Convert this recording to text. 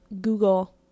Google